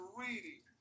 reading